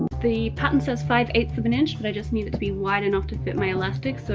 the pattern says five eight of an inch, but i just need it to be wide enough to fit my elastic, so